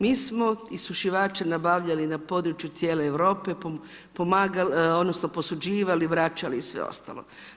Mi smo isušivače nabavljali na području cijele Europe, odnosno posuđivali, vraćali i sve ostalo.